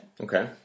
Okay